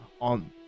on